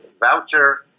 Voucher